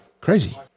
Crazy